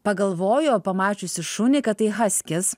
pagalvojo pamačiusi šunį kad tai haskis